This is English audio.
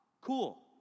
Cool